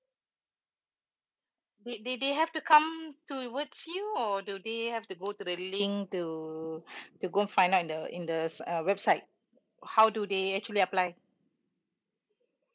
they they they have to come towards you or do they have to go to the link to to go and find out in the in the si~ uh website how do they actually apply